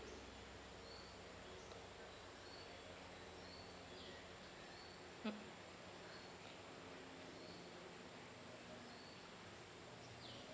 mm